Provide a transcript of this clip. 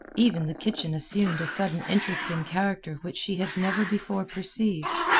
even the kitchen assumed a sudden interesting character which she had never before perceived.